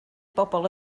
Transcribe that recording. bobl